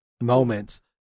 Moments